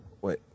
Wait